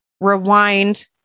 Rewind